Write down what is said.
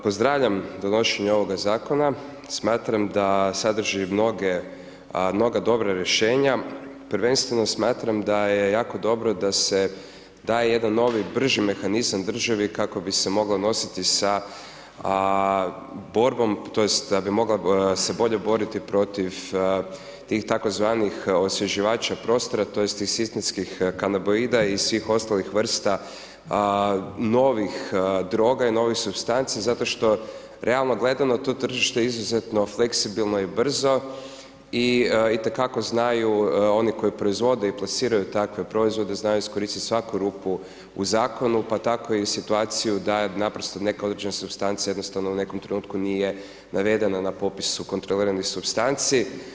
Pozdravljam donošenje ovoga zakona, smatram da sadrži mnoga dobra rješenja, prvenstveno smatram da je jako dobro da se daje jedan novi, brži mehanizam državi, kako bi se mogla nositi sa borbom, tj. da bi se mogla bolje boriti protiv, tih tzv. osvježivača prostora, tj. … kanabisa i svih ostalih vrsta novih droga i novih supstanca, zato što realno gledano, to tržište je izuzetno fleksibilno i brzo i itekako znaju oni koji proizvode i plasiraju takve proizvode, znaju iskoristiti svaku rupu u zakonu, pa tako i situaciju da naprosto neke određene supstance, jednostavno u nekom trenutku nije navedena na popisu kontroliranih supstanci.